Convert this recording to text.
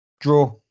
Draw